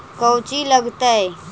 कौची लगतय?